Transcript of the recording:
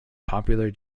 popular